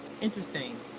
Interesting